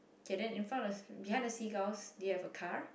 K then in front of the behind the seagulls do you have a car